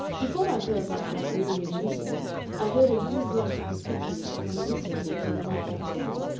before i heard much wagnerian music i heard enthusiastic descriptions of it from a mistress i didn't like at school.